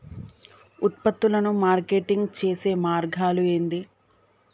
ఉత్పత్తులను మార్కెటింగ్ చేసే మార్గాలు ఏంది?